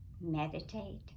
meditate